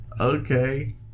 Okay